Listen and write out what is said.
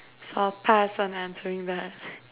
so I'll pass on answering that